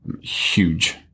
huge